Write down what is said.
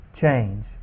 change